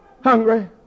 hungry